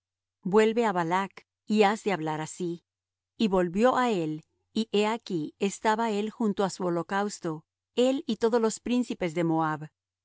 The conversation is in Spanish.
vuelve á balac y has de hablar así y volvió á él y he aquí estaba él junto á su holocausto él y todos los príncipes de moab